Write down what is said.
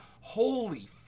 holy